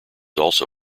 also